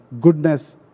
goodness